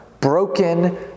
broken